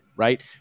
Right